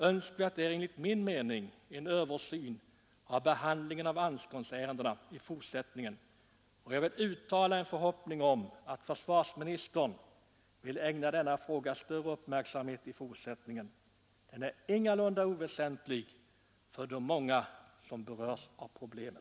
Önskvärd är enligt min mening en översyn av behandlingen av anståndsärendena, och jag vill uttala en förhoppning om att försvarsministern vill ägna denna fråga större uppmärksamhet i fortsättningen. Den är ingalunda oväsentlig för de många som berörs av problemet.